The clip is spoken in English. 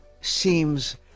seems